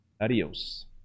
Adios